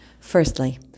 Firstly